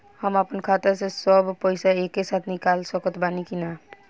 हम आपन खाता से सब पैसा एके साथे निकाल सकत बानी की ना?